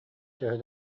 төһө